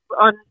on